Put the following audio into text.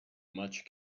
much